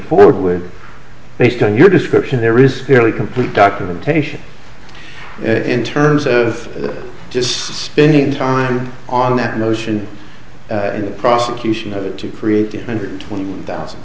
forward with based on your description there is fairly complete documentation in terms of just spending time on that motion and the prosecution of it to create a hundred twenty thousand